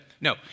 no